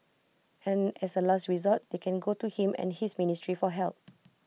and as A last resort they can go to him and his ministry for help